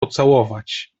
pocałować